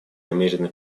намерены